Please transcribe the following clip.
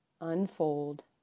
unfold